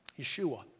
Yeshua